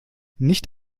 nicht